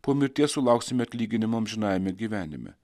po mirties sulauksime atlyginimo amžinajame gyvenime